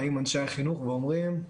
באים אנשי החינוך ואומרים,